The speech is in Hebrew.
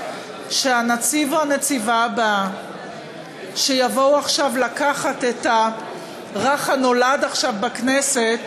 שהנציב או הנציבה שיבואו עכשיו לקחת את הרך הנולד עכשיו בכנסת,